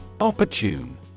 Opportune